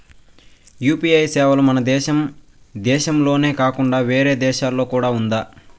UPI సేవలు మన దేశం దేశంలోనే కాకుండా వేరే దేశాల్లో కూడా ఉందా?